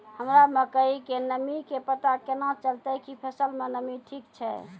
हमरा मकई के नमी के पता केना चलतै कि फसल मे नमी ठीक छै?